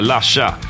Lasha